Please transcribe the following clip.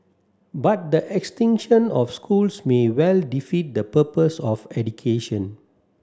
but the extinction of schools may well defeat the purpose of education